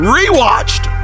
rewatched